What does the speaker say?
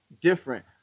different